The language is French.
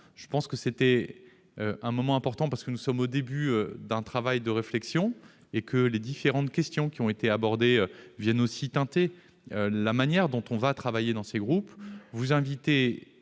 de ce débat. C'est un moment important parce que nous sommes au début d'un travail de réflexion. Les différentes questions qui ont été abordées viennent teinter la manière dont on va travailler. Je vous invite